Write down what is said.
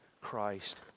Christ